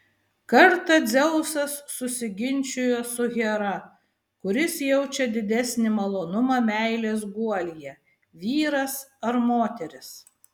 kartą dzeusas susiginčijo su hera kuris jaučia didesnį malonumą meilės guolyje vyras ar moteris